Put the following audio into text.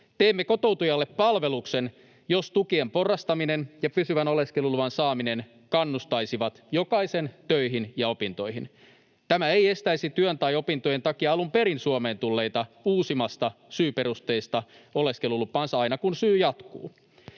Teemme kotoutujalle palveluksen, jos tukien porrastaminen ja pysyvän oleskeluluvan saaminen kannustaisivat jokaisen töihin ja opintoihin. Tämä ei estäisi työn tai opintojen takia alun perin Suomeen tulleita uusimasta syyperusteista oleskelulupaansa aina, kun syy jatkuu.